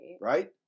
Right